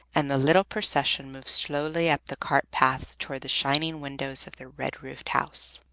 and the little procession moved slowly up the cart-path toward the shining windows of their red-roofed house.